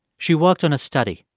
she worked on a study.